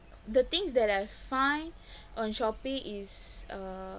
the things that I find on shopee is uh